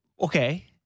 okay